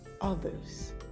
others